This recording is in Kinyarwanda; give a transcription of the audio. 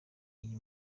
iyi